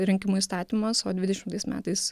rinkimų įstatymas o dvidešimtais metais